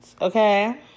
Okay